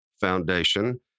Foundation